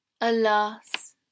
Alas